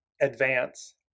advance